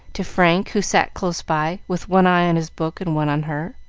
to frank, who sat close by, with one eye on his book and one on her.